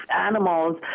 animals